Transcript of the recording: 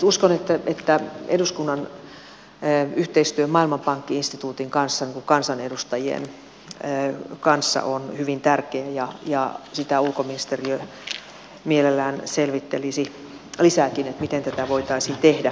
uskon että eduskunnan ja kansanedustajien yhteistyö maailmanpankki instituutin kanssa on hyvin tärkeää ja sitä ulkoministeriö mielellään selvittelisi lisääkin miten tätä voitaisiin tehdä